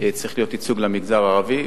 צריך להיות ייצוג למגזר הערבי.